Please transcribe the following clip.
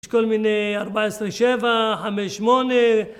יש כל מיני, 14-7, 5-8